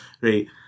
right